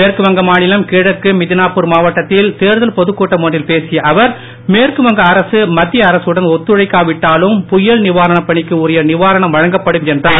மேற்குவங்க மாநிலம் கிழக்கு மிதினாபூர் மாவட்டத்தில் தேர்தல் பொதுக் கூட்டம் ஒன்றில் பேசிய அவர் மேற்குவங்க அரசு மத்திய அரசுடன் ஒத்துழைக்காவிட்டாலும் புயல் நிவாரண பணிக்கு உரிய நிவாரணம் வழங்கப்படும் என்றார்